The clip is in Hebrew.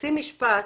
חצי משפט